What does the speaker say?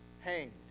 hanged